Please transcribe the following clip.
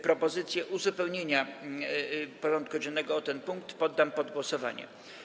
Propozycję uzupełnienia porządku dziennego o ten punkt poddam pod głosowanie.